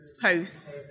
posts